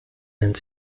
nennt